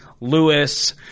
Lewis